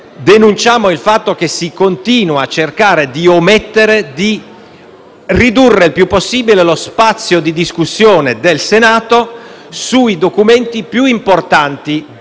denunciamo il fatto che si continua a cercare di ridurre il più possibile lo spazio di discussione del Senato sui documenti più importanti.